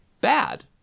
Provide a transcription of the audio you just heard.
bad